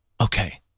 okay